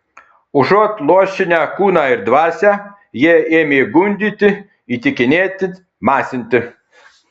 užuot luošinę kūną ir dvasią jie ėmė gundyti įtikinėti masinti